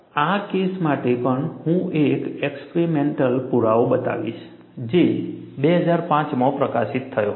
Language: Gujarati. આ કેસ માટે પણ હું એક એક્સપરીમેન્ટલ પુરાવો બતાવીશ જે 2005 માં પ્રકાશિત થયો હતો